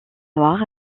noir